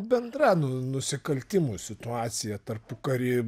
bendra nu nusikaltimų situacija tarpukary